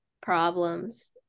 problems